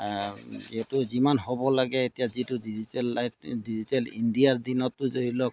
সেইটো যিমান হ'ব লাগে এতিয়া যিটো ডিজিটেল লাইফ ডিজিটেল ইণ্ডিয়াৰ দিনতো ধৰি লওক